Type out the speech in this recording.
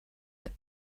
like